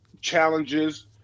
challenges